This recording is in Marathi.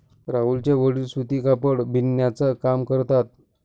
राहुलचे वडील सूती कापड बिनण्याचा काम करतात